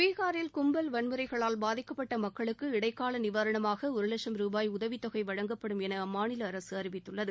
பீகாரில் கும்பல் வன்முறைகளால் பாதிக்கப்பட்ட மக்களுக்கு இடைக்கால நிவாரணமாக ஒரு லட்ச ருபாய் உதவித்தொகை வழங்கப்படும் என அம்மாநில அரசு அறிவித்துள்ளது